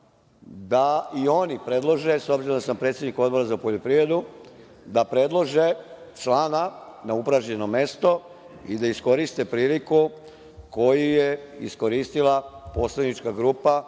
da i oni predlože, s obzirom da sam predsednik Odbora za poljoprivredu, da predlože člana na upražnjeno mesto i da iskoriste priliku koju je iskoristila poslanička grupa